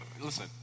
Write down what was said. listen